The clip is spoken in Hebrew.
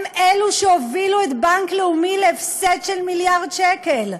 שהם שהובילו את הבנק להפסד של מיליארד שקל?